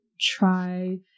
try